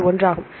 இது ஒன்றாகும்